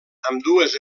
ambdues